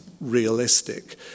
realistic